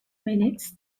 minutes